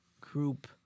group